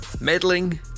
meddling